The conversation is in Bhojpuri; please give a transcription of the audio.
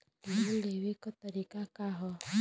लोन के लेवे क तरीका का ह?